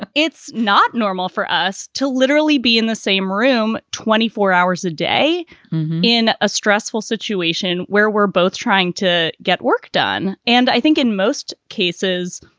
but it's not normal for us to literally be in the same room twenty four hours a day in a stressful situation where we're both trying to get work done. and i think in most cases,